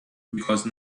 because